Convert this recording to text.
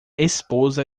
esposa